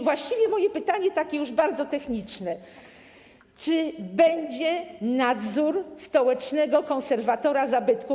Właściwie moje pytanie jest bardzo techniczne: Czy będzie nadzór stołecznego konserwatora zabytków?